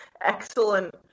Excellent